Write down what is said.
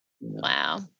Wow